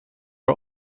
are